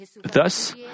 Thus